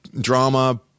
drama